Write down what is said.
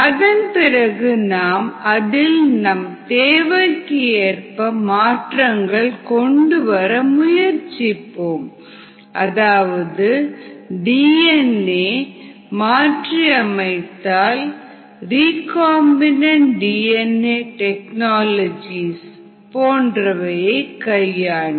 அதன் பிறகு நாம் அதில் நம் தேவைக்கு ஏற்ப மாற்றங்கள் கொண்டு வர முயற்சிப்போம் அதாவது டிஎன்ஏ மாற்றி அமைத்தல் ரிகாம்பின்அண்ட் டிஎன்ஏ டெக்னாலஜிஸ் போன்றவற்றை கையாண்டு